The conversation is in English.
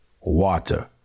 water